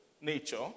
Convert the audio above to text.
nature